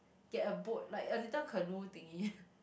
get a boat like a little canoe thingy